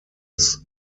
its